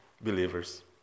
believers